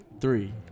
Three